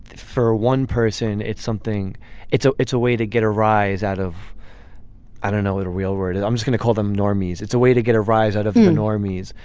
for one person it's something it's a it's a way to get a rise out of i don't know what a real word and i'm just gonna call them normals. it's a way to get a rise out of new norms.